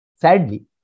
sadly